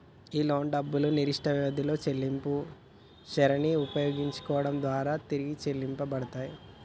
ఈ లోను డబ్బులు నిర్దిష్ట వ్యవధిలో చెల్లింపుల శ్రెరిని ఉపయోగించడం దారా తిరిగి చెల్లించబడతాయంట